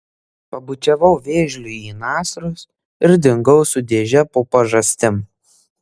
pabučiavau vėžliui į nasrus ir dingau su dėže po pažastim